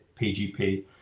PGP